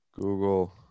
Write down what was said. Google